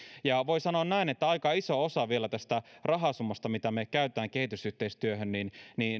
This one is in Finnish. voi sanoa näin että aika iso osa vielä tästä rahasummasta mitä me käytämme kehitysyhteistyöhön